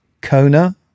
Kona